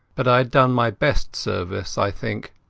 but i had done my best service, i think,